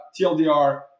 TLDR